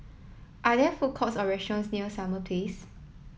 are there food courts or restaurants near Summer Place